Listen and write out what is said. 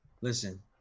listen